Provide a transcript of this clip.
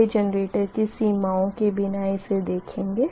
पहले जेनरेटर की सीमाओं के बिना इसे देखेंगे